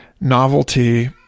novelty